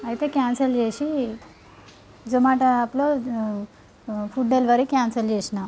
అయితే క్యాన్సల్ చేసి జొమాటో యాప్లో ఫుడ్ డెలివరీ క్యాన్సిల్ చేసిన